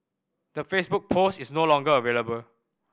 the Facebook post is no longer available